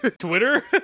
Twitter